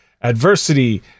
Adversity